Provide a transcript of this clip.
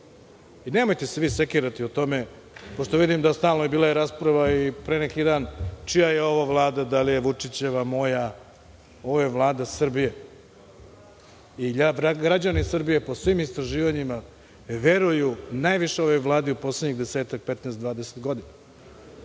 Nemojte se vi sekirati o tome, pošto vidim da stalno pričate o tome. Bila je rasprava pre neki dan čija je ovo Vlada – da li je Vučićeva, moja. Ovo je Vlada Srbije. Građani Srbije, po svim istraživanjima, veruju najviše ovoj Vladi u poslednjih 10, 15, 20 godina.